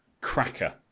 cracker